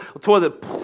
toilet